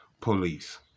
police